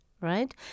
right